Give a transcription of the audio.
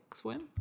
swim